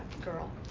girl